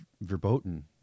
verboten